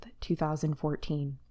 2014